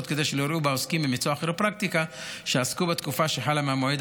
כדי שלא יראו בעוסקים במקצוע הכירופרקטיקה שעסקו בתקופה שחלה מהמועד